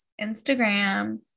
Instagram